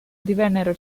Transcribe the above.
divennero